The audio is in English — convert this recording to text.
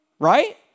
right